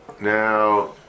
now